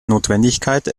notwendigkeit